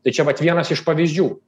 tai čia vat vienas iš pavyzdžių